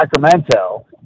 Sacramento